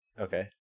Okay